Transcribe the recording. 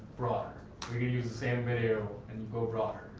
broader. we can use the same video and go broader.